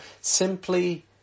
simply